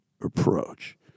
approach